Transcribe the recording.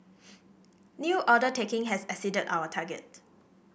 new order taking has exceeded our target